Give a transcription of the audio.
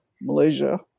Malaysia